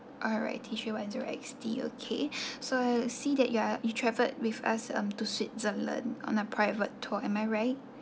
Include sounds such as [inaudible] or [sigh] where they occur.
alright T J one zero X T okay [breath] so I see that you are you traveled with us um to switzerland on a private tour am I right